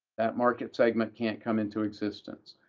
that market segment can't come into existence.